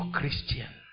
Christian